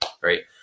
right